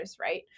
right